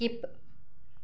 skip